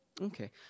Okay